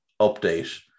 update